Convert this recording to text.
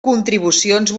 contribucions